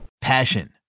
Passion